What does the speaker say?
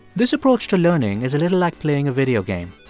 this approach to learning is a little like playing a video game